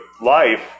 life